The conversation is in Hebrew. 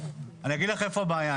אני אגיד לך איפה הבעיה.